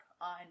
on